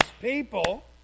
people